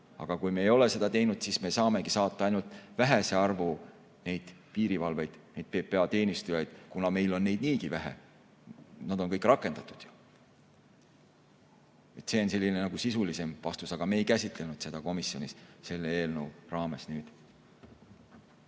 Aga kuna me ei ole seda teinud, siis me saamegi appi saata ainult vähese arvu PPA teenistujaid. Meil on neid niigi vähe ja nad on kõik rakendatud. See on selline sisulisem vastus, aga me ei käsitlenud seda komisjonis selle eelnõu raames.